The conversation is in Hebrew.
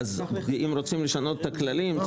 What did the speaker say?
למשל כמו ההצעה שלנו שבמקרה של שינוי כללים שדורשים